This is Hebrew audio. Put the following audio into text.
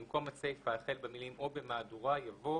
במקום הסיפה החל במילים "או במהדורה" יבוא